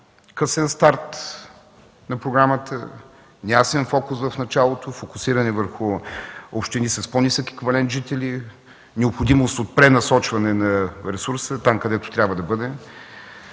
късен старт на програмата, неясен фокус в началото, фокусиране върху общини с по-нисък еквивалент жители, необходимост от пренасочване на ресурса там, където трябва да бъде.